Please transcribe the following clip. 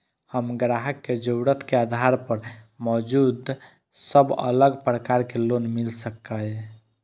हम ग्राहक के जरुरत के आधार पर मौजूद सब अलग प्रकार के लोन मिल सकये?